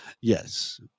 Yes